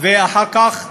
ואחר כך היורשים.